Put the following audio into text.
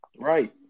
Right